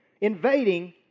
Invading